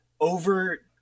over